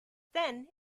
then